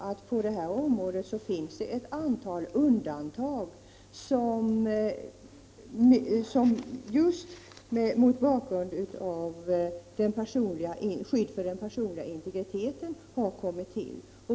Men på det här området finns det faktiskt ett antal undantag, som har kommit till just med tanke på skyddet för den personliga integriteten.